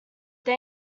they